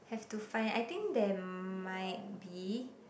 have to find I think there might be